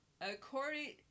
According